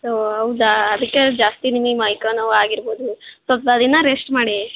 ಓ ಹೌದಾ ಅದಕ್ಕೆ ಜಾಸ್ತಿ ನಿಮಗ್ ಮೈ ಕೈ ನೋವು ಆಗಿರ್ಬೋದು ಸ್ವಲ್ಪ ದಿನ ರೆಶ್ಟ್ ಮಾಡಿ